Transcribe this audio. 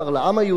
לציונות,